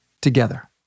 Together